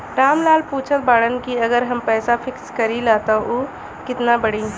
राम लाल पूछत बड़न की अगर हम पैसा फिक्स करीला त ऊ कितना बड़ी?